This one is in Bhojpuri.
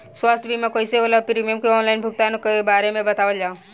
स्वास्थ्य बीमा कइसे होला और प्रीमियम के आनलाइन भुगतान के बारे में बतावल जाव?